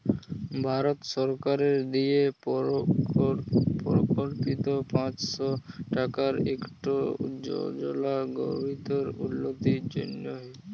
ভারত সরকারের দিয়ে পরকল্পিত পাঁচশ টাকার ইকট যজলা গরিবদের উল্লতির জ্যনহে